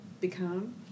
become